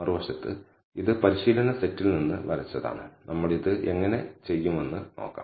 എന്നാൽ മറുവശത്ത് ഇത് പരിശീലന സെറ്റിൽ നിന്ന് വരച്ചതാണ് നമ്മൾ ഇത് എങ്ങനെ ചെയ്യുമെന്ന് നോക്കാം